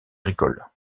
agricole